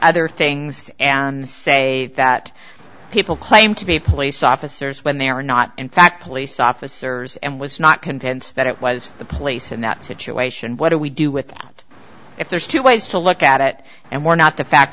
other things and say that people claim to be police officers when they are not in fact police officers and was not convinced that it was the place in that situation what do we do with that if there's two ways to look at it and we're not the fact